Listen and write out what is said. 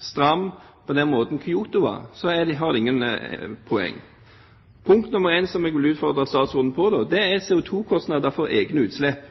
stram, på den måten Kyoto-avtalen var, har det ikke noe poeng. Punkt nr. 1 som jeg vil utfordre statsråden på, er CO2-kostnader på egne utslipp.